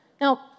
Now